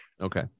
Okay